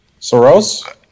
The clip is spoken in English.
Soros